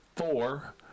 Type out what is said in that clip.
four